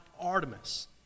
Artemis